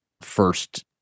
first